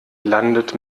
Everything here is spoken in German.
landet